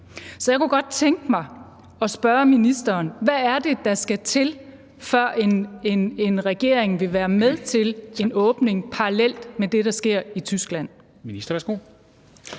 Så jeg kunne godt tænke mig at spørge ministeren: Hvad er det, der skal til, før regeringen vil være med til en åbning parallelt med det, der sker i Tyskland?